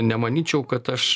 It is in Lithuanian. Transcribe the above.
nemanyčiau kad aš